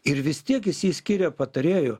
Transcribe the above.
ir vis tiek jis jį skyrė patarėju